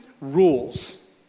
Rules